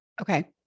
Okay